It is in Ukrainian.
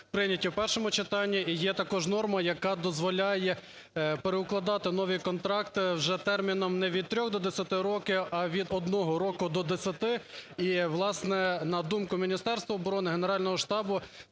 прийняті в першому читанні. І є також норма, яка дозволяє переукладати нові контракти вже терміном не від 3-х до 10-ти років, а від 1-го року до 10-ти. І, власне, на думку Міністерства оборони, Генерального штабу